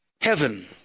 Heaven